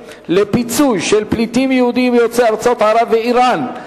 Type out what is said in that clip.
לפיצוי של פליטים יהודים יוצאי ארצות ערב ואירן,